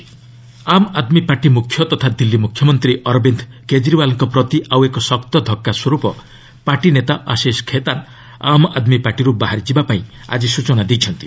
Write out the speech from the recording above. app Khetan Aam Aadmi party ମୁଖ୍ୟ ତଥା ଦିଲ୍ଲୀ ମୁଖ୍ୟମନ୍ତ୍ରୀ ଅରବିନ୍ଦ୍ କେଜରୀୱାଲ୍ଙ୍କ ପ୍ରତି ଆଉ ଏକ ଶକ୍ତ ଧକ୍କାସ୍ୱରୂପ ପାର୍ଟି ନେତା ଆଶିଷ୍ ଖେତାନ୍ ଆମ୍ ଆଦ୍ମୀ ପାର୍ଟିରୁ ବାହାରି ଯିବାପାଇଁ ଆଳି ସ୍ଟଚନା ଦେଇଛନ୍ତି